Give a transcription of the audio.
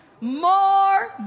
more